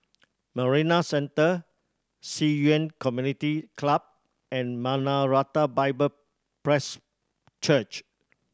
Marina Centre Ci Yuan Community Club and Maranatha Bible Presby Church